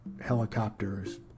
helicopters